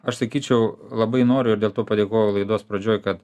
aš sakyčiau labai noriu ir dėl to padėkojau laidos pradžioj kad